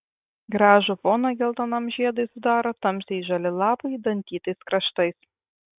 gražų foną geltonam žiedui sudaro tamsiai žali lapai dantytais kraštais